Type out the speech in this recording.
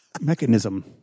mechanism